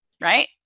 Right